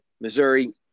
Missouri